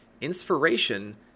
Inspiration